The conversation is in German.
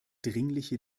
dringliche